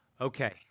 Okay